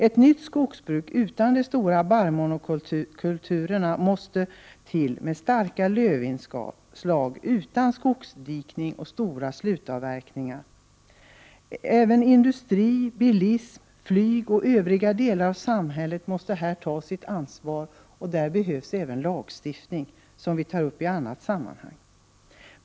Ett nytt skogsbruk utan de stora barrmonokulturerna måste till, med starka lövinslag, utan skogsdikning och utan stora slutavverkningar. Även industri, bilism, flyg och övriga delar av samhället måste här ta sitt ansvar. Därför behövs även lagstiftning, något som vi tar upp i annat sammanhang.